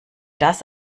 das